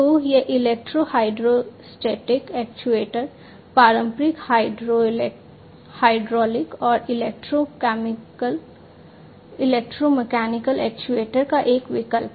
तो यह electro hydrostatic actuator पारंपरिक हाइड्रोलिक और इलेक्ट्रोमैकेनिकल एक्ट्यूएटर का एक विकल्प है